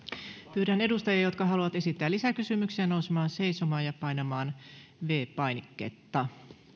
pyydän niitä edustajia jotka haluavat esittää lisäkysymyksiä nousemaan seisomaan ja painamaan viides painiketta